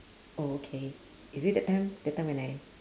oh okay is it that time that time when I